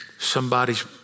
somebody's